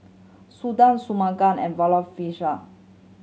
Sundar Shunmugam and Vavilala